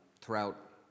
throughout